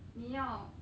你要